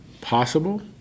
Possible